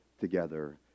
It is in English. together